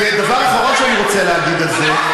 ודבר אחרון שאני רוצה להגיד על זה,